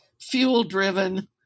fuel-driven